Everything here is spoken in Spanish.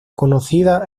conocida